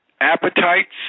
appetites